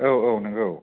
औ औ नंगौ